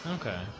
Okay